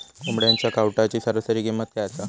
कोंबड्यांच्या कावटाची सरासरी किंमत काय असा?